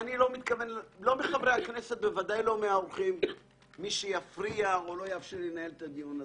לא חברי הכנסת וודאי לא האורחים יפריע לי לנהל את הדיון הזה.